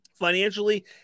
Financially